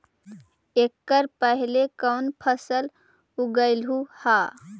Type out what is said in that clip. एकड़ पहले कौन फसल उगएलू हा?